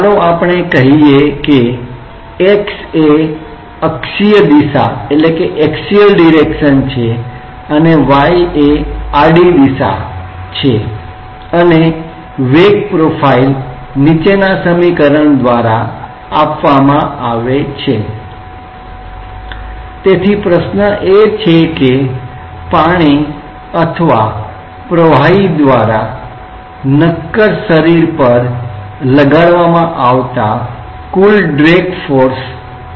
ચાલો આપણે કહીએ કે x એ અક્ષીય દિશા છે અને y એ આડી દિશા ટ્રાંસવર્સ દિશા transverse direction છે અને વેગ પ્રોફાઇલ નીચેનાં સમીકરણ દ્વારા આપવામાં આવે છે તેથી પ્રશ્ન એ છે કે પાણી અથવા પ્રવાહી દ્વારા નક્કર બોડી પર લગાડવામાં આવતા કુલ ડ્રેગ ફોર્સ કેટલા છે